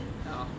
ya lor